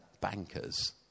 bankers